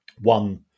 one